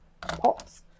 pots